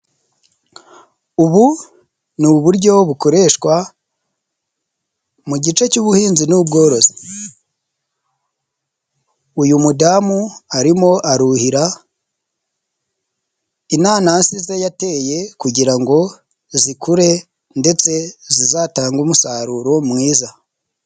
Ubu ni uburyo bukoreshwa mu gice cy'ubuhinzi n'ubworozi, uyu mudamu arimo aruhira inanasi ze yateye kugira ngo zikure ndetse zizatange umusaruro mwiza.